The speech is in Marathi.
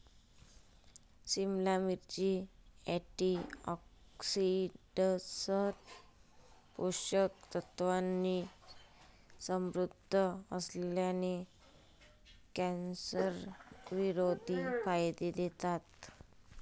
सिमला मिरची, अँटीऑक्सिडंट्स, पोषक तत्वांनी समृद्ध असल्याने, कॅन्सरविरोधी फायदे देतात